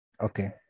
Okay